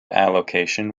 allocation